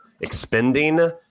expending